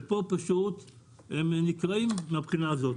ופה פשוט הם נקרעים מהבחינה הזאת.